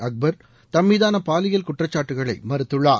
அக்பர் தம் மீதான பாலியல் குற்றச்சாட்டுக்களை மறுத்துள்ளார்